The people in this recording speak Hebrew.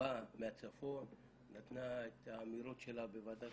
שבאה מהצפון, נתנה את האמירות שלה בוועדת